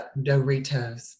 Doritos